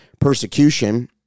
persecution